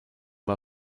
war